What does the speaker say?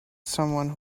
someone